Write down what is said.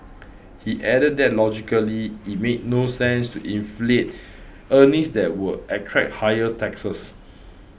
he added that logically it made no sense to inflate earnings that would attract higher taxes